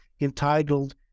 entitled